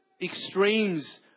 extremes